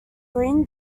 green